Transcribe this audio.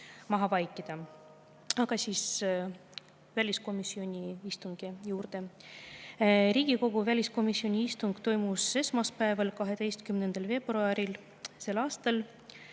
maha vaikida. Aga tulen väliskomisjoni istungi juurde. Riigikogu väliskomisjoni istung toimus esmaspäeval, 12. veebruaril sel aastal.